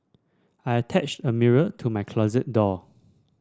I attached a mirror to my closet door